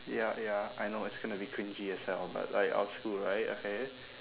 ya ya I know it's gonna be cringey as hell but like our school right okay